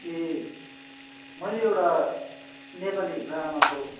ए मैले एउटा नेपाली ड्रामाको